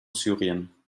syrien